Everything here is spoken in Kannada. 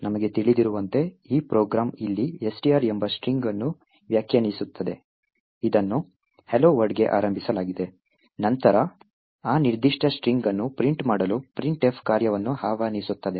ನಮಗೆ ತಿಳಿದಿರುವಂತೆ ಈ ಪ್ರೋಗ್ರಾಂ ಇಲ್ಲಿ str ಎಂಬ ಸ್ಟ್ರಿಂಗ್ ಅನ್ನು ವ್ಯಾಖ್ಯಾನಿಸುತ್ತದೆ ಇದನ್ನು hello world ಗೆ ಆರಂಭಿಸಲಾಗಿದೆ ಮತ್ತು ನಂತರ ಆ ನಿರ್ದಿಷ್ಟ ಸ್ಟ್ರಿಂಗ್ ಅನ್ನು ಪ್ರಿಂಟ್ ಮಾಡಲು printf ಕಾರ್ಯವನ್ನು ಆಹ್ವಾನಿಸುತ್ತದೆ